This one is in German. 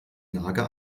nager